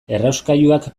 errauskailuak